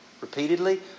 repeatedly